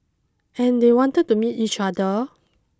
and they wanted to meet each other